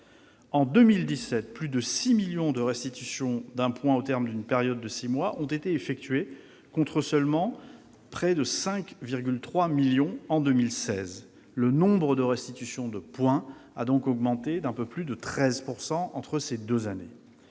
En 2017, plus de 6 millions de restitutions d'un point au terme d'une période de six mois ont été effectuées, contre seulement 5,3 millions en 2016. Le nombre de restitutions d'un point a donc augmenté de près de plus de 13 % entre ces deux années.